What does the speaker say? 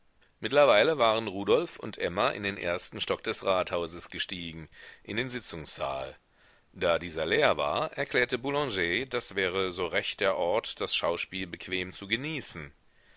mittlerweile waren rudolf und emma in den ersten stock des rathauses gestiegen in den sitzungssaal da dieser leer war erklärte boulanger das wäre so recht der ort das schauspiel bequem zu genießen